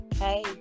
hey